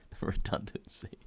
Redundancy